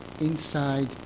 inside